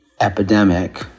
epidemic